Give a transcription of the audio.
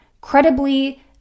credibly